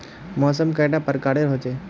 मौसम कैडा प्रकारेर होचे?